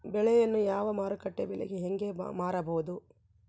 ಬೆಳೆಯನ್ನ ನಾವು ಮಾರುಕಟ್ಟೆ ಬೆಲೆಗೆ ಹೆಂಗೆ ಮಾರಬಹುದು?